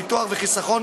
ביטוח וחיסכון,